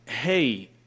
Hey